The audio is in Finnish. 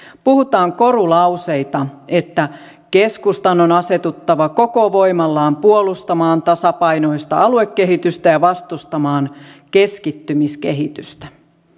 puhutaan korulauseita että keskustan on asetuttava koko voimallaan puolustamaan tasapainoista aluekehitystä ja vastustamaan keskittymiskehitystä